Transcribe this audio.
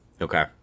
Okay